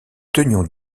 tenions